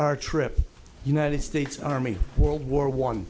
never trip united states army world war one